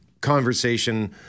conversation